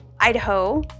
Idaho